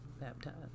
baptized